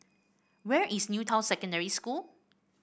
where is New Town Secondary School